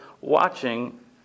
watching